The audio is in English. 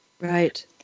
Right